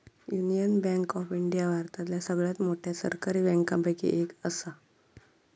union bank of India भारतातल्या सगळ्यात मोठ्या सरकारी बँकांपैकी एक असा